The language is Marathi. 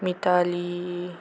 मिताली